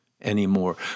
anymore